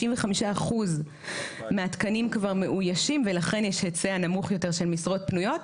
95% מהתקנים כבר מאוישים ולכן יש היצע נמוך יותר של משרות פנויות.